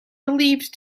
believed